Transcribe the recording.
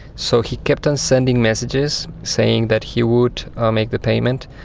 so he kept on sending messages saying that he would make the payment.